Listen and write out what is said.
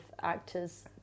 actors